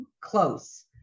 close